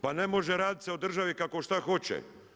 Pa ne može raditi se u državi kako šta hoće.